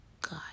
God